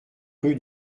rue